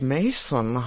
Mason